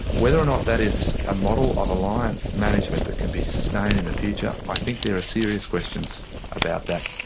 whether or not that is a model of alliance management that can be sustained in the future, i think there are serious questions about that.